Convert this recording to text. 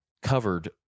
Covered